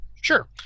Sure